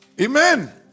Amen